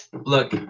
look